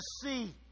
see